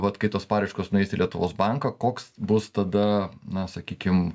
vat kai tos paraiškos nueis į lietuvos banką koks bus tada na sakykim